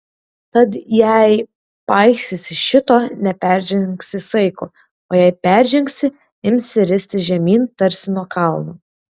tad jei paisysi šito neperžengsi saiko o jei peržengsi imsi ristis žemyn tarsi nuo kalno